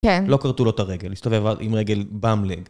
כן. לא כרתו לו את הרגל, הסתובב עם רגל באמלג.